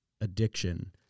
addiction